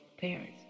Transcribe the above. parents